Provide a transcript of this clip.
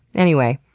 anyway.